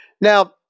Now